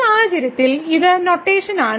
ഈ സാഹചര്യത്തിൽ ഇത് നൊട്ടേഷൻ ആണ്